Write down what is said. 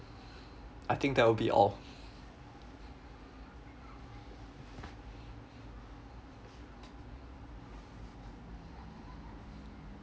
I think that will be all